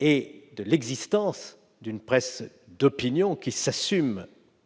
et de l'existence d'une presse d'opinion qui s'assume